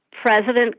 President